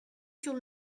sous